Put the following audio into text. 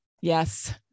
Yes